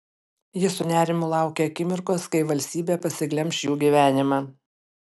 ji su nerimu laukė akimirkos kai valstybė pasiglemš jų gyvenimą